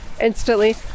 instantly